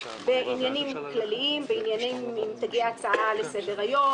בעניינים כלליים אם תגיע הצעה לסדר-היום,